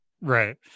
Right